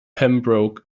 pembroke